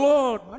Lord